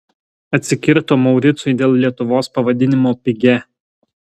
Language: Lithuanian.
atsikirto mauricui dėl lietuvos pavadinimo pigia